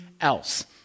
else